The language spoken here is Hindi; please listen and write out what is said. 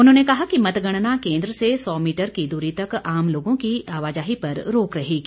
उन्होंने कहा कि मतगणना केंद्र से सौ मीटर की दूरी तक आम लोगों की आवाजाही पर रोक रहेगी